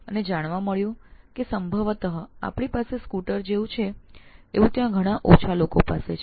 તેઓને જાણવા મળ્યું છે કે સંભવત આપણી પાસે જે સ્કૂટર જેવું છે એવું ત્યાં ઘણા ઓછા લોકો પાસે છે